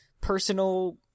personal